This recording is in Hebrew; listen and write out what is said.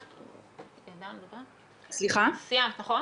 סיימת, נכון?